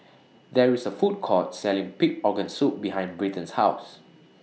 There IS A Food Court Selling Pig Organ Soup behind Britton's House